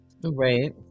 Right